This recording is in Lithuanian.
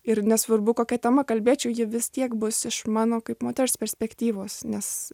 ir nesvarbu kokia tema kalbėčiau ji vis tiek bus iš mano kaip moters perspektyvos nes